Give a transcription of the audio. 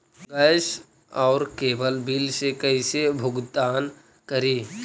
Gas और cable bill के कैसे भुगतान करी?